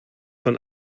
von